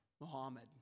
Muhammad